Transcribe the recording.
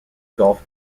golf